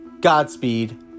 godspeed